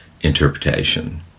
interpretation